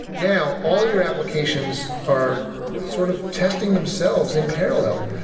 now, all your applications are sort of testing themselves in parallel.